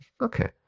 okay